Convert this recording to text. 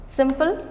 simple